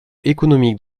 économique